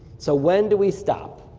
so when do we stop?